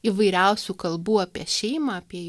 įvairiausių kalbų apie šeimą apie